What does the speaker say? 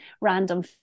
random